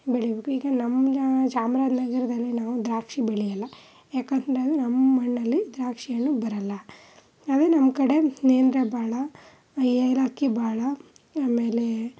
ಬೆಳೀಬೇಕು ಈಗ ನಮ್ಗೆ ಚಾಮ್ರಾಜನಗರದಲ್ಲಿ ನಾವು ದ್ರಾಕ್ಷಿ ಬೆಳೆಯಲ್ಲ ಯಾಕಂತಂದರೆ ನಮ್ಮ ಮಣ್ಣಲ್ಲಿ ದ್ರಾಕ್ಷಿ ಹಣ್ಣು ಬರಲ್ಲ ಆದರೆ ನಮ್ಮ ಕಡೆ ನೇಂದ್ರ ಬಾಳೆ ಏಲಕ್ಕಿ ಬಾಳೆ ಆಮೇಲೆ